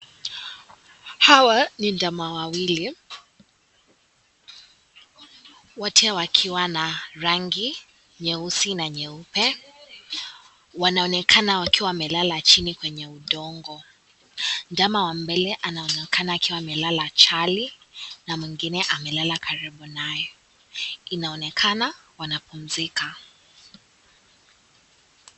Hawa ni ndama wawili wote wakiwa na rangi nyeusi na nyeupe wanaonekana wakiwa wamelala chini kwenye udongo ndama wa mbele anaonekana akiwa amelala chali na mwingine amelala karibu naye inaonekana wanapumzika.